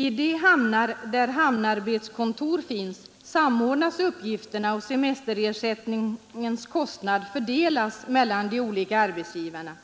I de hamnar där hamnarbetskontor finns samordnas uppgifterna, och semesterersättningens kostnad fördelas mellan de olika arbetsgivarna.